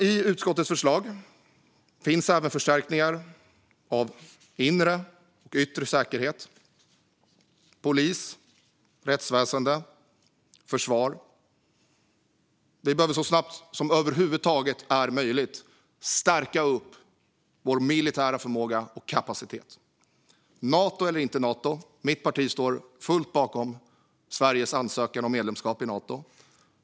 I utskottets förslag finns även förstärkningar av inre och yttre säkerhet: polis, rättsväsen och försvar. Vi behöver så snabbt som det över huvud taget är möjligt stärka vår militära förmåga och kapacitet. Mitt parti står fullt bakom Sveriges ansökan om medlemskap i Nato.